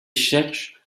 cherchent